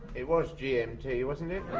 it was g. m. t. wasn't it?